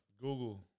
Google